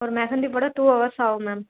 ஒரு மெகந்தி போட two hours ஆகும் மேம்